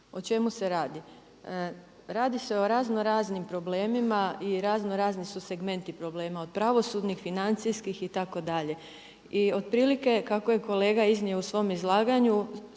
O čemu se radi? Radi se o razno raznim problemima i razno razni su segmenti problema od pravosudnih, financijskih itd.. I otprilike kako je kolega iznio u svom izlaganju